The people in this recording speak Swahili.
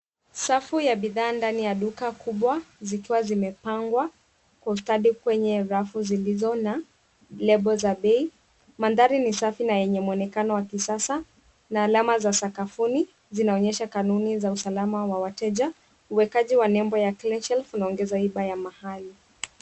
Safu ya bidhaa ndani ya duka kubwa zikiwa zimepangwa kwa ustadi kwenye rafu zilizo na [c.s]lable za bei. Mandari ni safi na mwenye muonekano wa kisasa na alama za sakafuni zinaonyesha kanuni za usalama wa wateja. Uwekezaji wa nembo ya [c.s]kleshelf unaongeza hiba ya mahali.